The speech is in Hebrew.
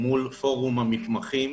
מול פורום המתמחים.